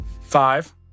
five